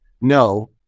No